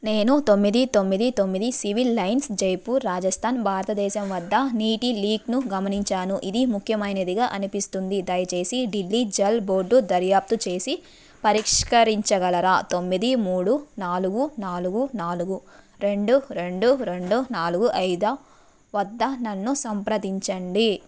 నేను తొమ్మిది తొమ్మిది తొమ్మిది సివిల్ లైన్స్ జైపూర్ రాజస్థాన్ భారతదేశం వద్ద నీటి లీక్ను గమనించాను ఇది ముఖ్యమైనదిగా అనిపిస్తుంది దయచేసి ఢిల్లీ జల్ బోర్డు దర్యాప్తు చేసి పరిష్కరించగలరా తొమ్మిది మూడు నాలుగు నాలుగు నాలుగు రెండు రెండు రెండు నాలుగు ఐదు వద్ద నన్ను సంప్రదించండి